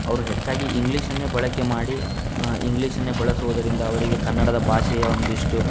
ಅವರು ಹೆಚ್ಚಾಗಿ ಇಂಗ್ಲೀಷನ್ನೇ ಬಳಕೆ ಮಾಡಿ ಇಂಗ್ಲೀಷನ್ನೇ ಬಳಸುವುದರಿಂದ ಅವರಿಗೆ ಕನ್ನಡದ ಭಾಷೆಯ ಒಂದಿಷ್ಟು